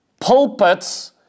pulpits